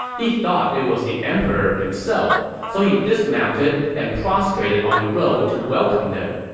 he thought it was the emperor himself, so he dismounted and prostrated on the road to welcome them.